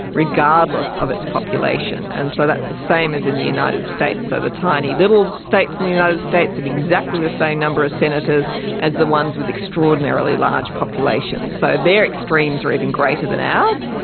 regardless of its population. and so that's the same as in the united states. so the tiny little states in the united states have exactly the same number of the senators as the ones with extraordinarily large populations. so their extremes are even greater than ours.